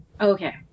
okay